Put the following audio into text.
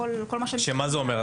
מה זה אומר?